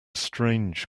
strange